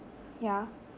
yeah